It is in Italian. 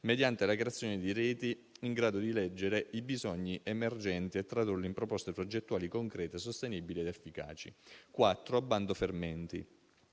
mediante la creazione di reti in grado di leggere i bisogni emergenti e tradurli in proposte progettuali concrete, sostenibili ed efficaci. Vi è poi il bando «Fermenti»,